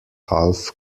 half